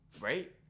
right